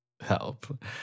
Help